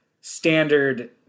standard